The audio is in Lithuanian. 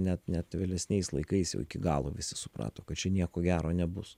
net net vėlesniais laikais jau iki galo visi suprato kad čia nieko gero nebus